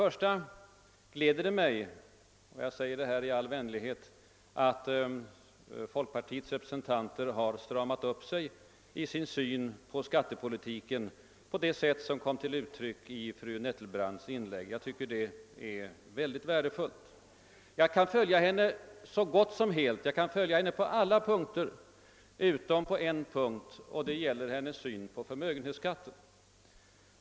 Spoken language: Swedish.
Först och främst gläder det mig — jag säger det i all vänlighet — att folkpartiets representanter har stramat upp sin syn på skattepolitiken på det sätt som kom till uttryck i fru Nettelbrandts inlägg. Det är värdefullt. Jag kan ansluta mig till hennes resonemang på alla punkter utom en, nämligen när det gäller hennes syn på förmögenhetsskatten.